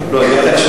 אבל לא תמיד את עיני.